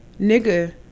nigga